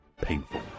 painful